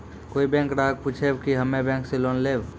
कोई बैंक ग्राहक पुछेब की हम्मे बैंक से लोन लेबऽ?